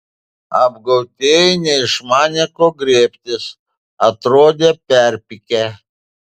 apgautieji neišmanė ko griebtis atrodė perpykę